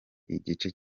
igice